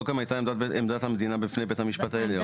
זאת גם הייתה עמדת המדינה בפני בית המשפט העליון.